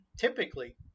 typically